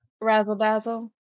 razzle-dazzle